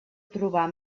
trobar